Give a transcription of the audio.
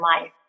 life